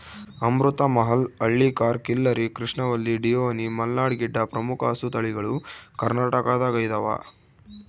ಅಮೃತ ಮಹಲ್ ಹಳ್ಳಿಕಾರ್ ಖಿಲ್ಲರಿ ಕೃಷ್ಣವಲ್ಲಿ ಡಿಯೋನಿ ಮಲ್ನಾಡ್ ಗಿಡ್ಡ ಪ್ರಮುಖ ಹಸುತಳಿಗಳು ಕರ್ನಾಟಕದಗೈದವ